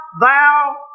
thou